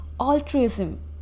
altruism